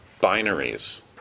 binaries